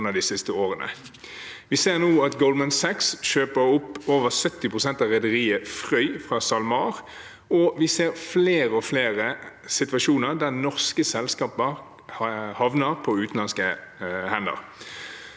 Vi ser nå at Goldman Sachs kjøper opp over 70 pst. av rederiet Frøy fra SalMar, og vi ser flere og flere situasjoner der norske selskaper havner i utenlandske hender.